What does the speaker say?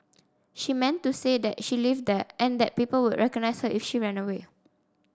she meant to say that she lived there and that people would recognise her if she ran away